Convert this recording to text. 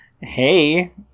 Hey